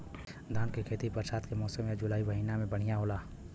धान के खेती बरसात के मौसम या जुलाई महीना में बढ़ियां होला?